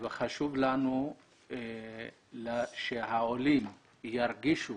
וחשוב לנו שהעולים ירגישו